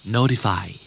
Notify